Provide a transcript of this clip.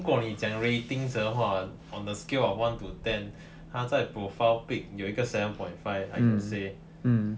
如果你讲 rating 的话 on the scale of one to ten 她在 profile pic 有一个 seven point five I can say